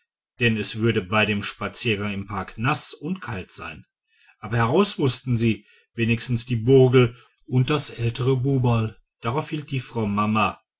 denn es würde bei dem spaziergang im park naß und kalt sein aber heraus mußten sie wenigstens die burgel und das ältere buberl darauf hielt die frau mama